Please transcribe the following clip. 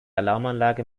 alarmanlage